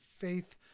faith